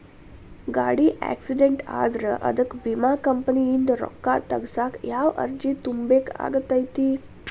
ಗಾಡಿ ಆಕ್ಸಿಡೆಂಟ್ ಆದ್ರ ಅದಕ ವಿಮಾ ಕಂಪನಿಯಿಂದ್ ರೊಕ್ಕಾ ತಗಸಾಕ್ ಯಾವ ಅರ್ಜಿ ತುಂಬೇಕ ಆಗತೈತಿ?